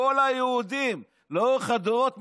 כל היהודים לאורך הדורות,